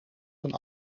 van